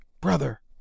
brother